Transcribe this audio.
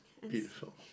beautiful